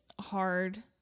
hard